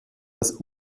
das